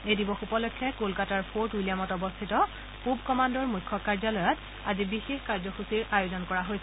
এই দিৱস উপলক্ষে কলকাতাৰ ফৰ্ট উইলিয়ামত অৱস্থিত পূব কমাণ্ডৰ মুখ্য কাৰ্যলয়ত আজি বিশেষ কাৰ্যসূচীৰ আয়োজন কৰা হৈছে